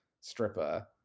stripper